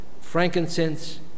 frankincense